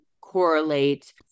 correlate